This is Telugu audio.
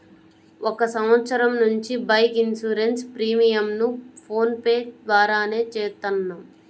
ఒక సంవత్సరం నుంచి బైక్ ఇన్సూరెన్స్ ప్రీమియంను ఫోన్ పే ద్వారానే చేత్తన్నాం